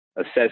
assess